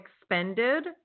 expended